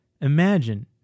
Imagine